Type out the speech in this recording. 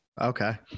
Okay